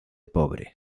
pobre